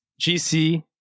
gc